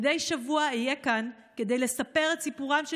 מדי שבוע אהיה כאן כדי לספר את סיפורם של